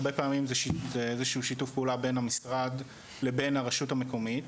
הרבה פעמים זה איזשהו שיתוף פעולה בין המשרד לבין הרשות המקומית.